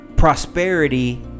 Prosperity